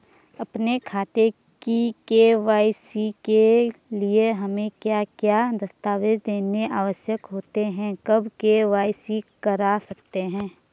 अपने खाते की के.वाई.सी के लिए हमें क्या क्या दस्तावेज़ देने आवश्यक होते हैं कब के.वाई.सी करा सकते हैं?